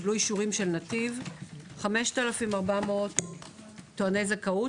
אישורי נתיב 5,400 טועני זכאות,